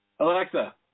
Alexa